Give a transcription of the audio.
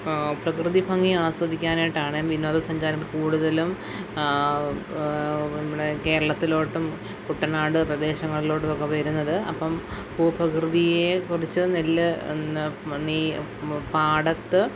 പ്രകൃതി ഭംഗി ആസ്വദിക്കാനായിട്ടാണ് വിനോദ സഞ്ചാരം കൂടുതലും നമ്മുടെ കേരളത്തിലോട്ടും കുട്ടനാട് പ്രദേശങ്ങളിലോട്ടും ഒക്കെ വരുന്നത് അപ്പം ഭൂപ്രകൃതിയെ കുറിച്ച് നെല്ല് എന്താ നീ പാടത്ത്